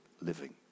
living